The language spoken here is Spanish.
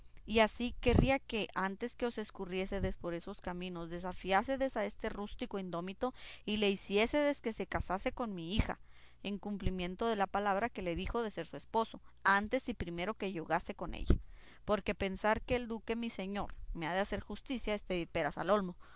y así querría que antes que os escurriésedes por esos caminos desafiásedes a este rústico indómito y le hiciésedes que se casase con mi hija en cumplimiento de la palabra que le dio de ser su esposo antes y primero que yogase con ella porque pensar que el duque mi señor me ha de hacer justicia es pedir peras al olmo